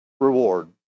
reward